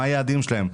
מה היעדים שלהם,